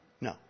No